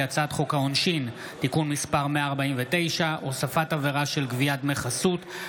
כי הצעת חוק העונשין (תיקון מס' 149) (הוספת עבירה של גביית דמי חסות),